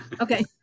Okay